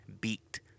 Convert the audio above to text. beaked